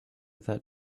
that